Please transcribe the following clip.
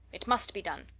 it must be done!